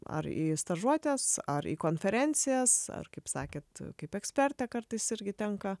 ar į stažuotes ar į konferencijas ar kaip sakėt kaip ekspertė kartais irgi tenka